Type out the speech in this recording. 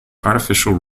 artificial